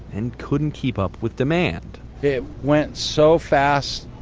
and couldn't keep up with demand it went so fast,